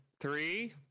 Three